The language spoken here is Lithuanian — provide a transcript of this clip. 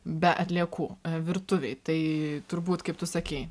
be atliekų virtuvėj tai turbūt kaip tu sakei